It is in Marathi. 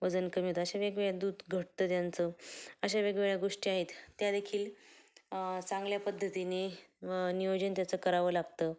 वजन कमी होतं अशा वेगवेगळ्या दूध घटतं त्यांचं अशा वेगवेगळ्या गोष्टी आहेत त्या देखील चांगल्या पद्धतीने नियोजन त्याचं करावं लागतं